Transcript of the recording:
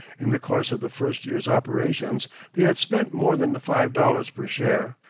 in the course of the first year's operations they had spent more than the five dollars per share.